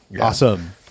Awesome